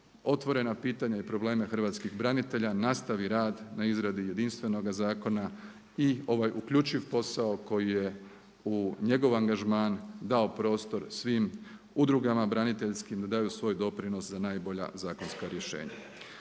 otvorena pitanja i probleme hrvatskih branitelja nastavi rad na izradi jedinstvenoga zakona i ovaj uključiv posao koji je u njegov angažman dao prostor svim udrugama braniteljskim da daju svoj doprinos za najbolja zakonska rješenja.